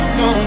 no